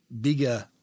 bigger